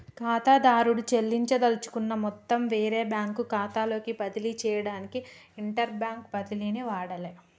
ఖాతాదారుడు చెల్లించదలుచుకున్న మొత్తం వేరే బ్యాంకు ఖాతాలోకి బదిలీ చేయడానికి ఇంటర్బ్యాంక్ బదిలీని వాడాలే